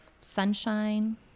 Sunshine